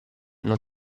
non